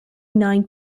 nine